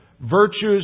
Virtues